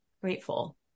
grateful